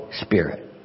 Spirit